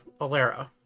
Alara